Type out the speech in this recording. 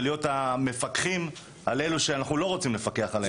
ולהיות המפקחים על אלו שאנחנו לא רוצים לפקח עליהם.